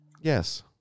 yes